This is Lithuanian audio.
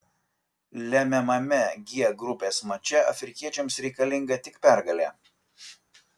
lemiamame g grupės mače afrikiečiams reikalinga tik pergalė